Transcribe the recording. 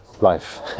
life